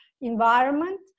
environment